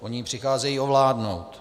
Oni ji přicházejí ovládnout.